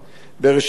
בראשית דברי